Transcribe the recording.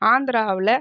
ஆந்திராவில்